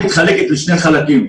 מתחלקת לשני חלקים,